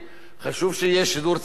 חשוב שיהיה שידור ציבורי,